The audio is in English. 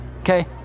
okay